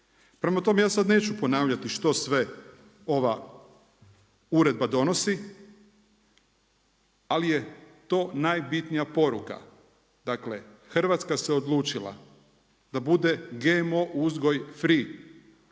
Prema tome ja sad neću ponavljati što sve ova uredba donosi, ali je to najbitnija poruka. Dakle, Hrvatska se odlučila da bude GMO uzgoj free